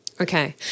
Okay